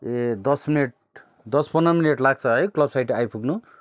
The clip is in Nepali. ए दस मिनेट दस पन्द्र मिनेट लाग्छ है क्लब साइड आइपुग्नु